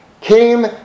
came